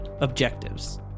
objectives